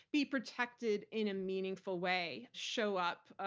be protected in a meaningful way. show up.